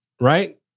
right